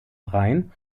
rhein